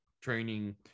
training